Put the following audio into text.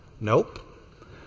Nope